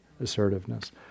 assertiveness